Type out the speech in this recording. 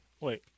Wait